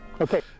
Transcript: Okay